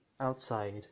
outside